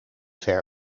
ver